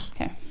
Okay